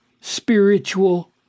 spiritual